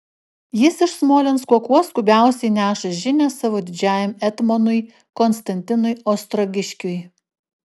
jis iš smolensko kuo skubiausiai neša žinią savo didžiajam etmonui konstantinui ostrogiškiui